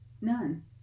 none